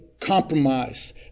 compromise